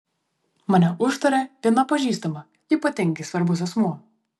mane užtarė viena pažįstama ypatingai svarbus asmuo